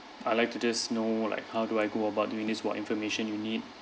I like to just know like how do I go about doing this what information you need